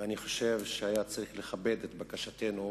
ואני חושב שהיה צריך לכבד את בקשתנו,